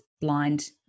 blind